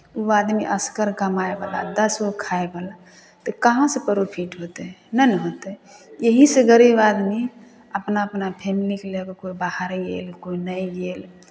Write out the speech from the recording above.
ओ आदमी असगर कमाइवला दस गो खायवला तऽ कहाँसँ परोफिट होतै नहि ने होतै एहिसँ गरीब आदमी अपना अपना फैमिलीकेँ लऽ कऽ कोइ बाहर गेल कोइ नहि गेल